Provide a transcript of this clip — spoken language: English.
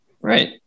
Right